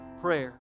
prayer